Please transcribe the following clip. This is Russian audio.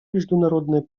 международной